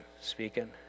speaking